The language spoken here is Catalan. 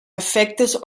efectes